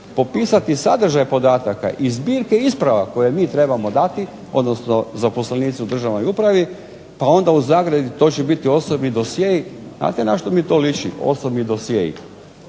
popisati sadržaj podataka i zbirke isprava koje mi trebamo dati, odnosno zaposlenici u državnoj upravi, pa onda u zagradi to će biti osobni dosje, znate na što mi to liči osobni dosjei?